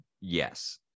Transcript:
yes